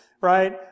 right